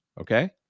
okay